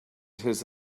his